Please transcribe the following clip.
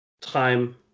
time